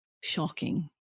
shocking